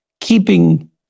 keeping